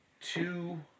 two